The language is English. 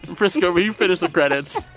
priska, will you finish the credits?